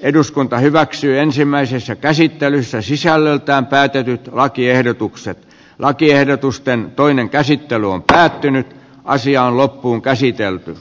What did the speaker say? eduskunta hyväksyi ensimmäisessä käsittelyssä sisällöltään päätetyn lakiehdotuksen lakiehdotusten toinen käsittely on päättynyt ja asia on loppuun käsiteltynä